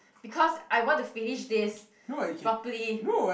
because I want to finish this properly